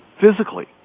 physically